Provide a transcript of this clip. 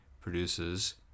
produces